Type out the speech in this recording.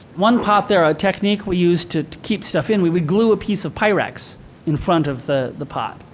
one pot there, a technique we used to keep stuff in, we we glue a piece of pyrex in front of the the pot.